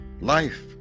Life